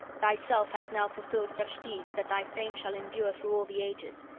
thyself hast now fulfilled such deeds, that thy fame shall endure through all the ages.